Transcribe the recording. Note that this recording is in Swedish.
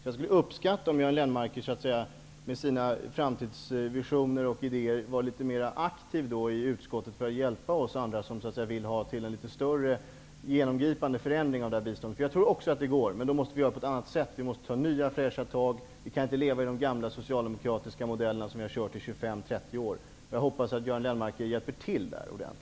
Jag skulle uppskatta om Göran Lennmarker med sina framtidsvisioner och idéer var litet mera aktiv i utskottet för att hjälpa oss andra som vill ha en mera genomgripande förändring av biståndet. Också jag tror att det går, men vi måste ta nya, fräscha tag. Vi kan inte tillämpa samma socialdemokratiska modeller som vi har haft i 25-- 30 år. Jag hoppas att Göran Lennmarker hjälper till med detta.